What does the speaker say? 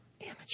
amateur